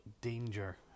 danger